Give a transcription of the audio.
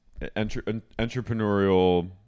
entrepreneurial